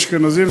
אשכנזים,